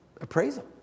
appraisal